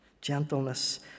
gentleness